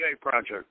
project